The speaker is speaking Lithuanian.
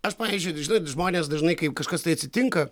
aš pavyzdžiui žinot žmonės dažnai kai kažkas tai atsitinka